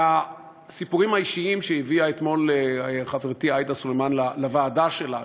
ולסיפורים האישיים שהביאה אתמול חברתי עאידה תומא סלימאן לוועדה שלה,